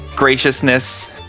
graciousness